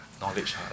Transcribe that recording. knowledge